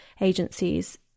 agencies